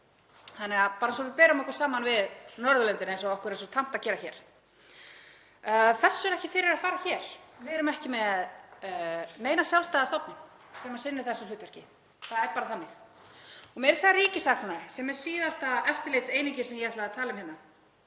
fleira, bara svo við berum okkur saman við Norðurlöndin eins og okkur er svo tamt að gera hér. Því er ekki fyrir að fara hér. Við erum ekki með neina sjálfstæða stofnun sem sinnir þessu hlutverki. Það er bara þannig. Meira að segja ríkissaksóknari, sem er síðasta eftirlitseiningin sem ég ætlaði að tala um hérna,